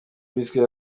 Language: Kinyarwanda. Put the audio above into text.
square